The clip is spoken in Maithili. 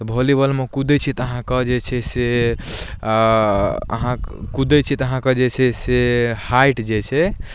तऽ वॉलीबॉलमे कुदै छियै तऽ अहाँके जे छै से अहाँ कुदै छियै तऽ अहाँके जे छै से हाइट जे छै